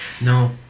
no